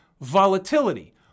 Volatility